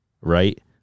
right